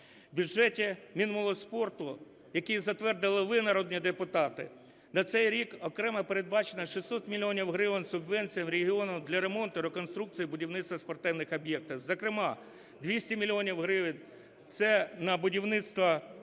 бюджеті Мінмолодьспорту, який затвердили ви, народні депутати, на цей рік окремо передбачено 600 мільйонів гривень субвенцій в регіонах для ремонту, реконструкції і будівництва спортивних об'єктів. Зокрема, 200 мільйонів гривень – це на будівництво